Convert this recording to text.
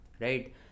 right